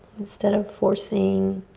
instead of forcing.